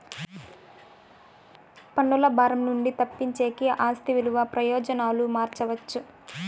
పన్నుల భారం నుండి తప్పించేకి ఆస్తి విలువ ప్రయోజనాలు మార్చవచ్చు